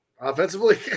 offensively